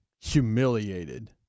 humiliated